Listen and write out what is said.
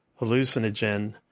hallucinogen